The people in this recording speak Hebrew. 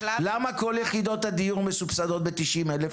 למה כל יחידות הדיור מסובסדות ב-90,000?